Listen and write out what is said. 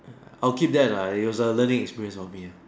I'll keep that lah it's a learning experience for me ah